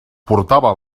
portava